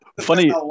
Funny